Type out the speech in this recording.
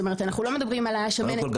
קודם כל,